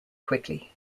quickly